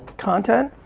content.